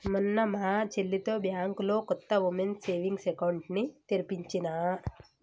మొన్న మా చెల్లితో బ్యాంకులో కొత్త వుమెన్స్ సేవింగ్స్ అకౌంట్ ని తెరిపించినా